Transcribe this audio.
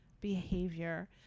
behavior